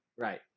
Right